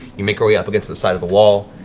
you make your way up against the side of a wall,